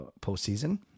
postseason